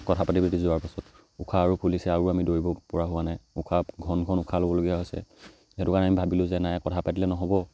কথা পাতি পাতি যোৱাৰ পাছত উশাহ আৰু ফুলিছে আৰু আমি দৌৰিব পৰা হোৱা নাই উশাহ ঘন ঘন উশাহ ল'বলগীয়া হৈছে সেইটো কাৰণে আমি ভাবিলোঁ যে নাই কথা পাতিলে নহ'ব